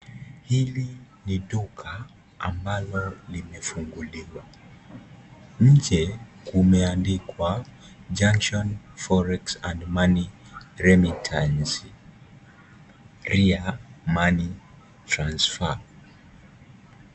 Hili ni duka ambalo limefunguliwa, nje kumeandikwa junction forex and money remittancey pia money transfer .